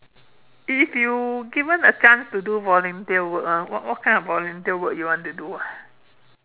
if you given a chance to do volunteer work ah what what kind of volunteer work you want to do ah